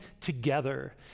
together